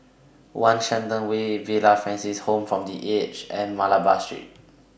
one Shenton Tower Villa Francis Home For The Aged and Malabar Street